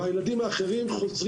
והילדים האחרים,